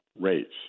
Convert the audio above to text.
rates